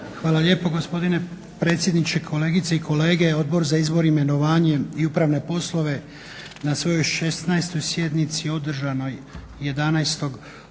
Hvala lijepo gospodine predsjedniče. Kolegice i kolege. Odbor za izbor, imenovanja i upravne poslove na svojoj 16. sjednici održanoj 11.